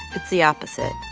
it's the opposite.